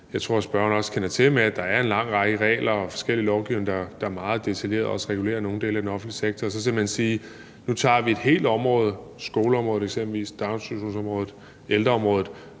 jeg tror spørgeren også kender til, med, at der er en lang række regler og forskellige lovgivninger, der meget detaljeret regulerer nogle dele af den offentlige sektor, så simpelt hen at sige: Nu tager vi et helt område, eksempelvis skoleområdet, daginstitutionsområdet, ældreområdet,